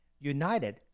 united